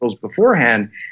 beforehand